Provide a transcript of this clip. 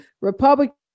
Republican